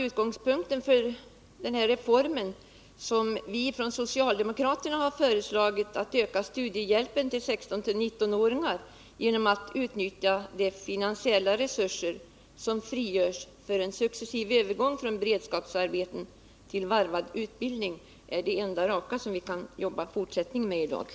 Utgångspunkten för den reform som vi från socialdemokratiskt håll har föreslagit har varit att öka studiehjälpen för 16-19-åringar genom att utnyttja de finansiella resurser som frigörs vid en successiv övergång från beredskapsarbete till varvad utbildning. Jag anser att det enda raka är att arbeta från den utgångspunkten i fortsättningen.